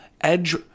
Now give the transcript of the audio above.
edge